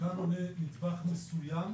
כאן עולה נדבך מסוים,